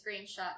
screenshot